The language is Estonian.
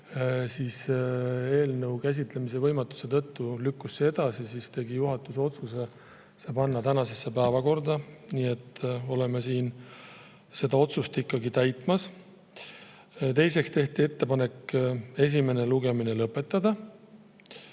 kuna eelnõu käsitlemise võimatuse tõttu lükkus see edasi, tegi juhatus otsuse see panna tänasesse päevakorda. Nii et oleme siin seda otsust täitmas. Teiseks tehti ettepanek esimene lugemine lõpetada.